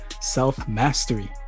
self-mastery